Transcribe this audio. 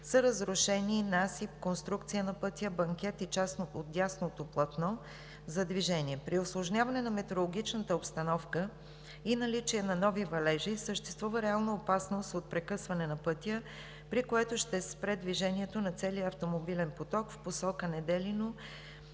са разрушени насип, конструкция на пътя, банкет и част от дясното платно за движение. При усложняване на метеорологичната обстановка и наличие на нови валежи съществува реална опасност от прекъсване на пътя, при което ще спре движението на целия автомобилен поток в посока Неделино